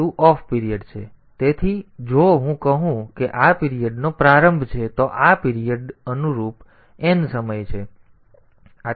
હવે આ on period to off period છે તેથી જો હું કહું કે આ પીરિયડનો પ્રારંભ સમય છે તો આ પીરિયડનો અનુરૂપ n સમય છે